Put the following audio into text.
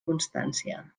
constància